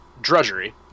Drudgery